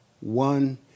one